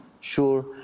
sure